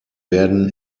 werden